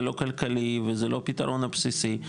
זה לא כלכלי וזה לא הפתרון הבסיסי.